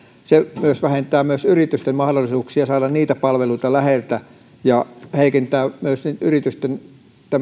se myös vähentää yritysten mahdollisuuksia saada palveluita läheltä ja heikentää myös yritysten